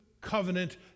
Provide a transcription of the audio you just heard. covenant